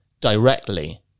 directly